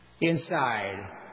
inside